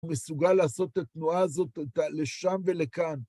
הוא מסוגל לעשות את התנועה הזאת לשם ולכאן.